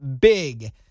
big